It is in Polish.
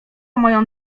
moją